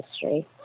history